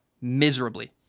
miserably